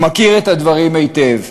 הוא מכיר את הדברים היטב.